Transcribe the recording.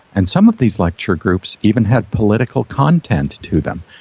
and some of these lecture groups even had political content to them.